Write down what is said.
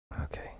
Okay